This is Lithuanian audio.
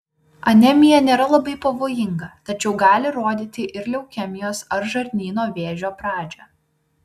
anemija nėra labai pavojinga tačiau gali rodyti ir leukemijos ar žarnyno vėžio pradžią